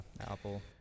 Apple